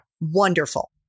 Wonderful